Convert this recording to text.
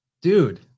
Dude